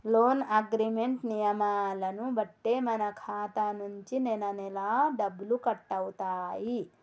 loan agreement నియమాలను బట్టే మన ఖాతా నుంచి నెలనెలా డబ్బులు కట్టవుతాయి